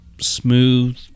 smooth